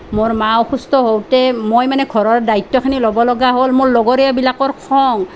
মোৰ মা অসুস্থ হওঁতে মই মানে ঘৰৰ দ্বায়িত্বখিনি ল'ব লগা হ'ল মোৰ লগৰীয়াবিলাকৰ খং